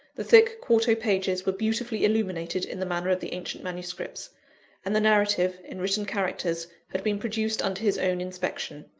the thick quarto pages were beautifully illuminated in the manner of the ancient manuscripts and the narrative, in written characters, had been produced under his own inspection.